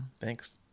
Thanks